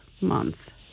month